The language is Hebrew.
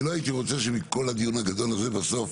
אני לא הייתי רוצה שמכל הדיון הגדול הזה בסוף